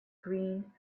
green